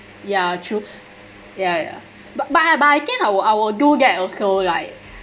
ya true ya ya but but I but I guess I will I will do that also like